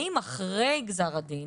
האם אחרי גזר הדין